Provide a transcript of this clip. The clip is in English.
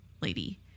lady